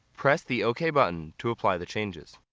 press the ok button to apply the changes.